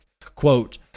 Quote